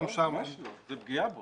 לא, זו פגיעה בו.